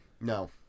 No